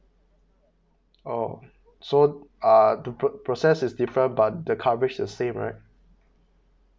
orh so uh the pro~ process is different but the coverage's the same right